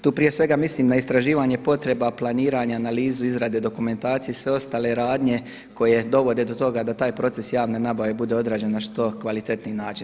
Tu prije svega mislim na istraživanje potreba planiranja, analizu izrade dokumentacije i sve ostale radnje koje dovode do toga da taj proces javne nabave bude odrađen na što kvalitetniji način.